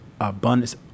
abundance